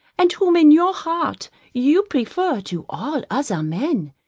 and whom in your heart you prefer to all other men,